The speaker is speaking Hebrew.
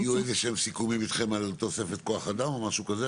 היו איזשהם סיכומים אתכם על תוספת כוח-אדם או משהו כזה?